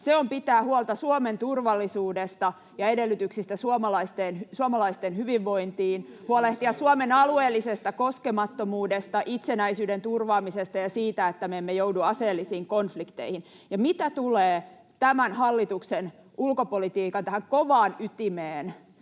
se on pitää huolta Suomen turvallisuudesta ja edellytyksistä suomalaisten hyvinvointiin, huolehtia Suomen alueellisesta koskemattomuudesta, itsenäisyyden turvaamisesta ja siitä, että me emme joudu aseellisiin konflikteihin. Mitä tulee tämän hallituksen ulkopolitiikan kovaan ytimeen,